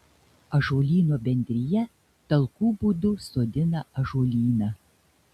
ąžuolyno bendrija talkų būdu sodina ąžuolyną